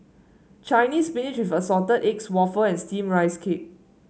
Chinese Spinach with Assorted Eggs waffle and steam Rice Cake